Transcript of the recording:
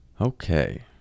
okay